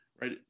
right